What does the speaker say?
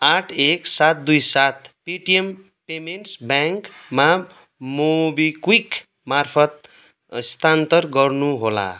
आठ एक सात दुई सात पेटीएम पेमेन्ट्स ब्याङ्कमा मोबिक्विक मार्फत् स्थानान्तर गर्नुहोला